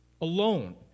alone